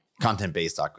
Content-based